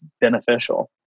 beneficial